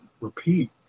repeat